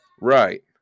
Right